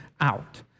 out